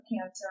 cancer